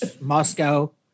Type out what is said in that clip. Moscow